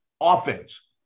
offense